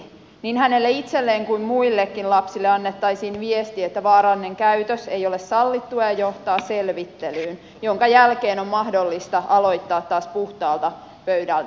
niin hänelle itselleen kuin muillekin lapsille annettaisiin viesti että vaarallinen käytös ei ole sallittua ja johtaa selvittelyyn jonka jälkeen on mahdollista aloittaa taas puhtaalta pöydältä